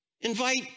invite